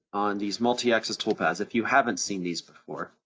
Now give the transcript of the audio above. on these multiaxis toolpaths if you haven't seen these before,